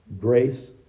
grace